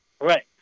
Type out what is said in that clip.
Right